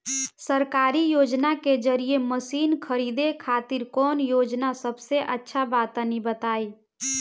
सरकारी योजना के जरिए मशीन खरीदे खातिर कौन योजना सबसे अच्छा बा तनि बताई?